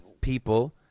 people